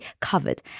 covered